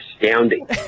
astounding